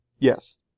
Yes